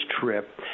trip